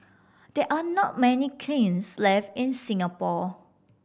there are not many kilns left in Singapore